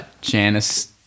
Janice